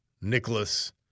Nicholas